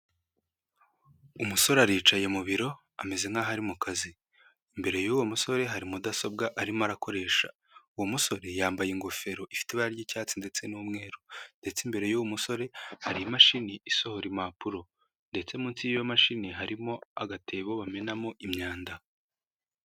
Umusore aricaye mu biro ameze nkaho ari mu kazi, mbere yuwo musore hari mudasobwa arimo arakoresha, uwo musore yambaye ingofero ifite ibara ry'icyatsi ndetse n'umweru, ndetse imbere y'uwo musore hari imashini isohora impapuro ndetse munsi yiyo mashini harimo agatebo bamenamo imyanda.